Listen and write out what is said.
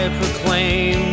proclaim